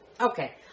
Okay